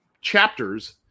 chapters